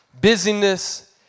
busyness